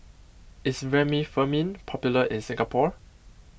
is Remifemin popular in Singapore